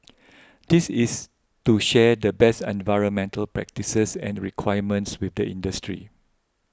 this is to share the best environmental practices and requirements with the industry